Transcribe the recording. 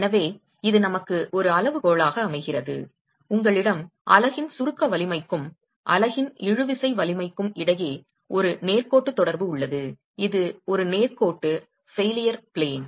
எனவே இது நமக்கு ஒரு அளவுகோலாக அமைகிறது உங்களிடம் அலகின் சுருக்க வலிமைக்கும் அலகின் இழுவிசை வலிமைக்கும் இடையே ஒரு நேர்கோட்டு தொடர்பு உள்ளது இது ஒரு நேர்கோட்டு ஃபெயிலியர் பிளேன்